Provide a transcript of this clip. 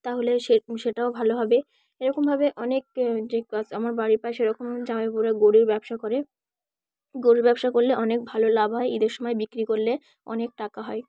তাহলে সে সেটাও ভালো হবে এরকমভাবে অনেক যে আমার বাড়ির পাশে এরকম আমার জামাইবাবুরা গরুর ব্যবসা করে গরুর ব্যবসা করলে অনেক ভালো লাভ হয় ঈদের সময় বিক্রি করলে অনেক টাকা হয়